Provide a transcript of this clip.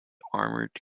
armoured